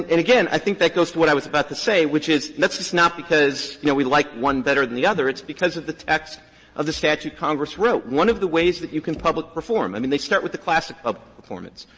and again, i think that goes to what i was about to say, which is let's just not because, you know, we like one better than the other. it's because of the text of the statute congress wrote. one of the ways that you can public perform. i mean, they start with the classic public performance.